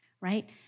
Right